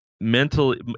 mentally